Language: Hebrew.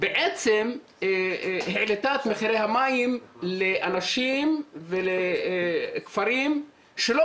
בעצם העלתה את מחירי המים לאנשים ולכפרים שלא